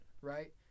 Right